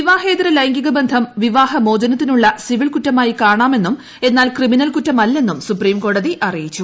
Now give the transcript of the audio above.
വിവാഹേതര ലൈംഗിക ബന്ധം വിവാഹ മോചനത്തിനുള്ള സിവിൽ കുറ്റമായി കാണാമെന്നും എന്നാൽ ക്രിമിനൽ കുറ്റമല്ലെന്നും സുപ്രീം കോടതി അറിയിച്ചു